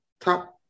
top